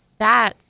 stats